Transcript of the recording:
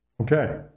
Okay